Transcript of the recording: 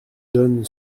donne